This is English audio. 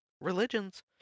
religions